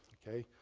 ok?